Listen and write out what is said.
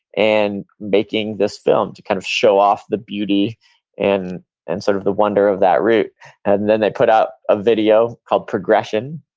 and making this film to kind of show off the beauty and and sort of the wonder of that route. and then they put out a video called progression,